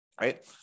right